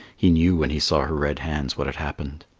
he knew when he saw her red hands what had happened.